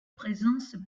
présence